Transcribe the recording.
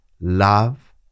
love